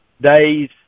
days